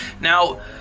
now